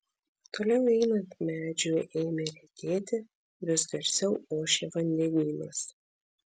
toliau einant medžių ėmė retėti vis garsiau ošė vandenynas